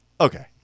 Okay